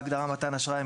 בהגדרה "מתן אשראי",